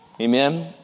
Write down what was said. amen